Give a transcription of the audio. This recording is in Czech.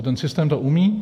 Ten systém to umí.